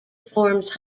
forms